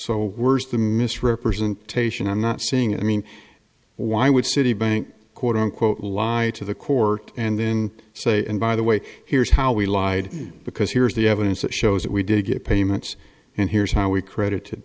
so worst the misrepresentation i'm not saying i mean why would citibank quote unquote lie to the court and then say and by the way here's how we lied because here is the evidence that shows that we did get payments and here's how we credited